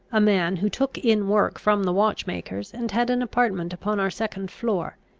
a man who took in work from the watchmakers, and had an apartment upon our second floor.